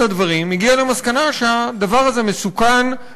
הדברים הגיע למסקנה שהדבר הזה מסוכן,